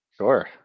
Sure